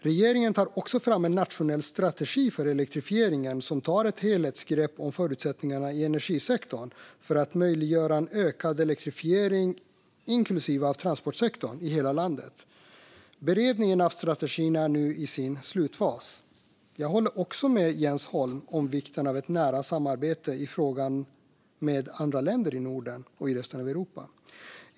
Regeringen tar också fram en nationell strategi för elektrifieringen som tar ett helhetsgrepp om förutsättningarna i energisektorn för att möjliggöra en ökad elektrifiering, även av transportsektorn, i hela landet. Beredningen av strategin är nu i sin slutfas. Jag håller också med Jens Holm om vikten av ett nära samarbete i frågan med andra länder i Norden och i resten av Europa.